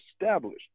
established